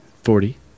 Forty